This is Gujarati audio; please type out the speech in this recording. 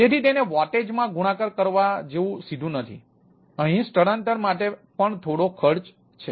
તેથી તેને વોટેજ માં ગુણાકાર કરવા જેવું સીધું નથી અહીં સ્થળાંતર માટે પણ થોડો ખર્ચ છે